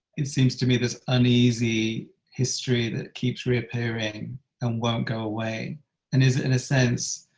it seems to be this uneasy history that keeps reappearing and won't go away and is it in a sense,